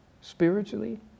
spiritually